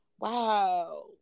wow